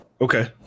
Okay